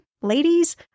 ladies